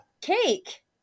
Cake